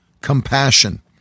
Compassion